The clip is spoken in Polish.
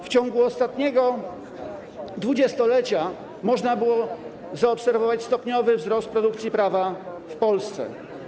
W ciągu ostatniego 20-lecia można było zaobserwować stopniowy wzrost produkcji prawa w Polsce.